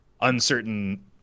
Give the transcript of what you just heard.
uncertain